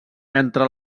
entre